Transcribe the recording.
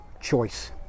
choice